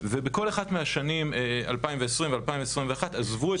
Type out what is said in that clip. ובכל אחת מהשנים 2020 ו-2021 עזבו את המקלטים